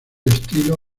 estilo